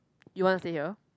you wanna stay here